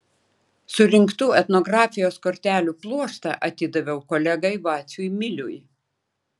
surinktų etnografijos kortelių pluoštą atidaviau kolegai vaciui miliui